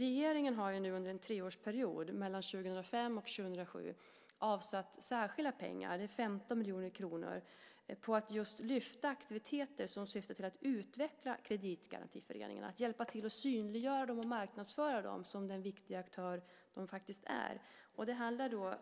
Regeringen har ju nu under en treårsperiod, 2005-2007, avsatt särskilda pengar, 15 miljoner kronor, till att just lyfta aktiviteter som syftar till att utveckla kreditgarantiföreningarna och hjälpa till att synliggöra och marknadsföra dem som de viktiga aktörer som de faktiskt är. Det handlar då